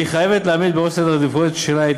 היא חייבת להעמיד בראש סדר העדיפויות שלה את